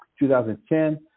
2010